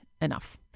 enough